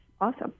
awesome